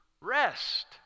rest